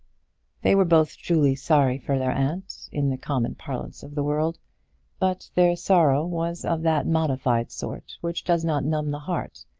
they were both truly sorry for their aunt, in the common parlance of the world but their sorrow was of that modified sort which does not numb the heart,